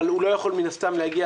אבל הוא לא יכול מן הסתם להגיע,